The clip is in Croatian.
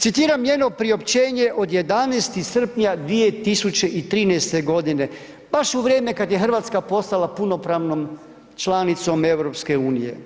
Citiram njeno priopćenje od 11. srpnja 2013. godine, baš u vrijeme kad je Hrvatska postala punopravnom članicom EU.